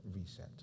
reset